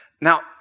Now